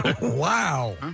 Wow